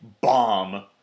bomb